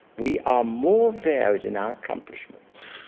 we are more varied in our accomplishments,